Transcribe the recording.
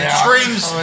screams